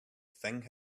thing